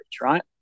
right